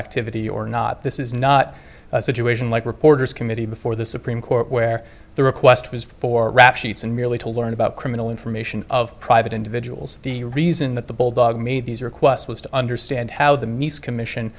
activity or not this is not a situation like reporters committee before the supreme court where the request was for rap sheets and merely to learn about criminal information of private individuals the reason that the bulldog made these requests was to understand how the meese commission